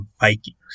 Vikings